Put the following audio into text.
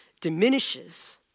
diminishes